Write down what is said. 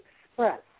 express